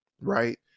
right